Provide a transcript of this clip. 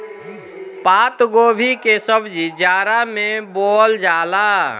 पातगोभी के सब्जी जाड़ा में बोअल जाला